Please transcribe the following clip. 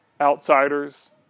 outsiders